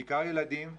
בעיקר ילדים וקשישים,